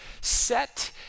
set